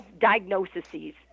diagnoses